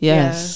Yes